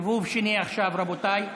סיבוב שני עכשיו, רבותיי.